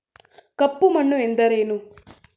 ಕಪ್ಪು ಮಣ್ಣು ಎಂದರೇನು?